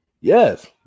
Yes